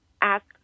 ask